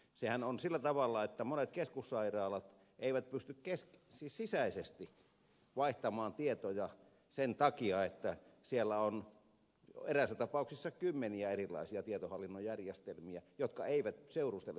sehän on sillä tavalla että monet keskussairaalat eivät pysty sisäisesti vaihtamaan tietoja sen takia että siellä on eräissä tapauksissa kymmeniä erilaisia tietohallinnon järjestelmiä jotka eivät seurustele toistensa kanssa